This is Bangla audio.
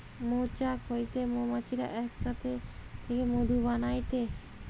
মৌচাক হইতে মৌমাছিরা এক সাথে থেকে মধু বানাইটে